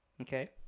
Okay